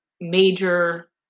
major